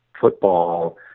football